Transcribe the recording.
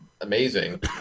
amazing